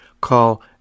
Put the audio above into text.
call